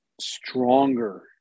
stronger